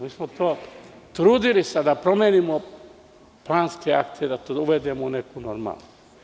Mi smo se trudili da promenimo planske akte, da to uvedemo u neku normalu.